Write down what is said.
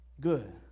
good